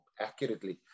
accurately